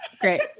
Great